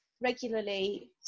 regularly